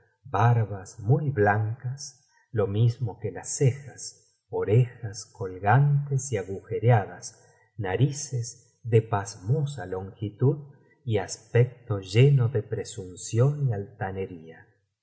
barbas muy blancas lo mismo que las cejas orejas colgantes y agujereadas narices de pasmosa longitud y aspecto lleno de presunción y altanería